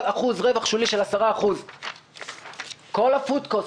אחוז רווח שולי של 10%. כל ה-Food cost,